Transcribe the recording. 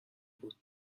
بود